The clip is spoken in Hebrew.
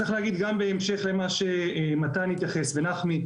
צריך להגיד גם בהמשך למה שמתן ונחמי התייחסו,